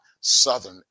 southern